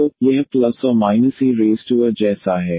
तो यह eai जैसा है